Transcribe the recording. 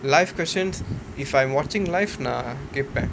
live questions if I'm watching live நா கேப்பேன்:naa keppaen